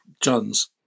John's